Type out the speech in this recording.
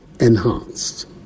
enhanced